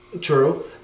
True